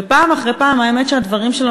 ופעם אחרי פעם האמת היא שהדברים שלו